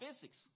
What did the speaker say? physics